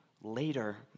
later